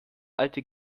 alte